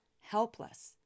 helpless